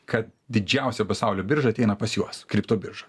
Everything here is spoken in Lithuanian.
ka didžiausia pasaulio birža ateina pas juos kripto birža